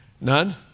None